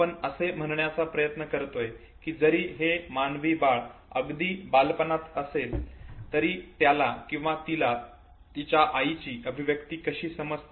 आपण असे म्हणण्याचा प्रयत्न करतोय की जरी हे मानवी बाळ अगदी बालपणात असले तरी त्याला किंवा तिला तिच्या आईची अभिव्यक्ती कशी समजते